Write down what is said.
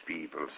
people